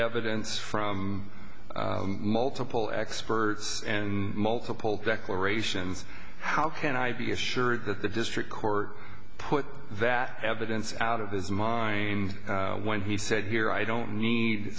evidence from multiple experts and multiple declarations how can i be assured that the district court put that evidence out of his mind when he said here i don't need